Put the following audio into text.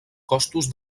costos